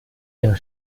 ihr